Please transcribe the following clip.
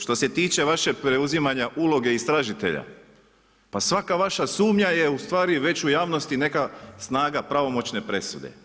Što se tiče vašeg preuzimanja uloge istražitelja, pa svaka vaša sumnja je ustvari već u javnosti neka snage pravomoćne presude.